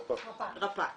--- רגע,